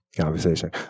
conversation